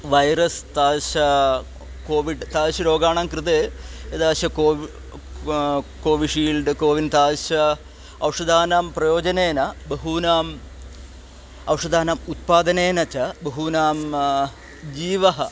virus तादृशं Covid तादृशरोगाणां कृते एतादृशं कोवि कोविशील्ड् कोविन् तादृशानाम् औषधानां प्रयोजनेन बहूनाम् औषधानाम् उत्पादनेन च बहूनां जीवः